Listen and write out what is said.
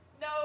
No